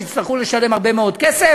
שיצטרכו לשלם הרבה מאוד כסף,